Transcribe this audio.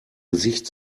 gesicht